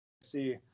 see